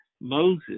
Moses